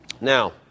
Now